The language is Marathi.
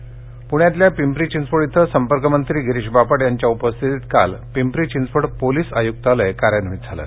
आयुक्तालय प्रण्यातल्या पिंपरी चिंचवड इथं संपर्क मंत्री गिरीश बापट यांच्या उपस्थितीत काल पिंपरी चिंचवड पोलीस आयुक्तालय कार्यान्वित झालं